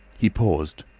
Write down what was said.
he paused,